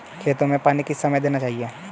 खेतों में पानी किस समय देना चाहिए?